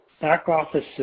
back-office